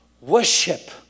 Worship